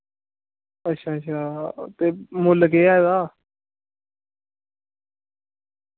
अच्छा अच्छा ते मुल्ल केह् ऐ एह्दा